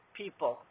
people